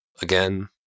again